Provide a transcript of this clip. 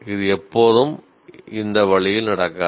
இது எப்போதும் இந்த வழியில் நடக்காது